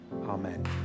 Amen